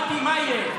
מה יהיה?